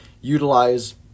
utilize